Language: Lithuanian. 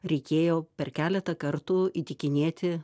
reikėjo per keletą kartų įtikinėti